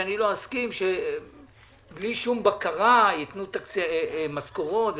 שאני לא אסכים שבלי שום בקרה ייתנו משכורות ותקציבים.